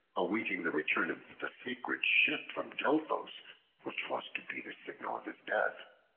awaiting the return of the sacred ship from delphos which was to be the signal of his death,